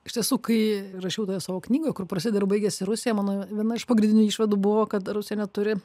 iš tiesų kai rašiau tą savo knygą kur prasideda ir baigiasi rusija mano viena iš pagrindinių išvadų buvo kad rusija neturi